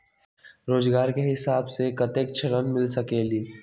रोजगार के हिसाब से कतेक ऋण मिल सकेलि?